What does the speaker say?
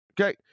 Okay